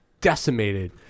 decimated